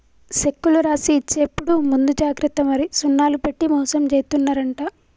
సెక్కులు రాసి ఇచ్చేప్పుడు ముందు జాగ్రత్త మరి సున్నాలు పెట్టి మోసం జేత్తున్నరంట